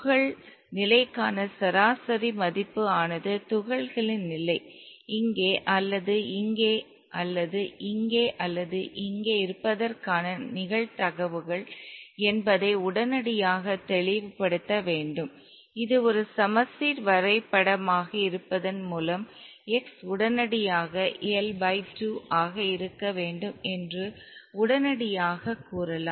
துகள் நிலைக்கான சராசரி மதிப்பு ஆனது துகள்களின் நிலை இங்கே அல்லது இங்கே அல்லது இங்கே அல்லது இங்கே இருப்பதற்கான நிகழ்தகவுகள் என்பதை உடனடியாக தெளிவுபடுத்த வேண்டும் இது ஒரு சமச்சீர் வரைபடமாக இருப்பதன் மூலம் x உடனடியாக L பை 2 ஆக இருக்க வேண்டும் என்று உடனடியாகக் கூறலாம்